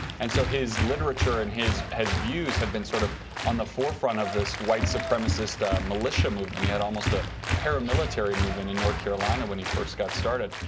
and so his literature and his views have been sort of on the forefront of this white supremacist ah militia movement. he had almost a paramilitary movement in north carolina when he first got started.